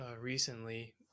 recently